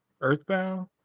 Earthbound